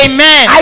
Amen